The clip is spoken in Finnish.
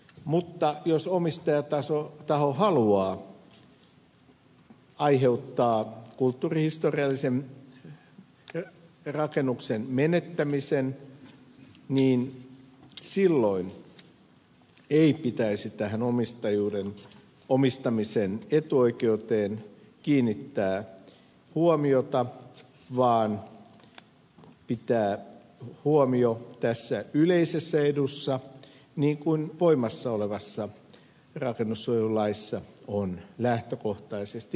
mutta jos omistajataho haluaa aiheuttaa kulttuurihistoriallisen rakennuksen menettämisen niin silloin ei pitäisi tähän omistamisen etuoikeuteen kiinnittää huomiota vaan pitää huomio tässä yleisessä edussa niin kuin voimassa olevassa rakennussuojelulaissa on lähtökohtaisesti menetelty